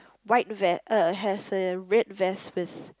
white vest has a red vest with